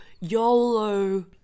YOLO